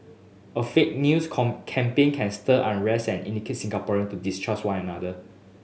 a fake news campaign can stir unrest and incite Singaporean to distrust one another